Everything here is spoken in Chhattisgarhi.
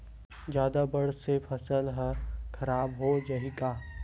जादा बाढ़ से फसल ह खराब हो जाहि का?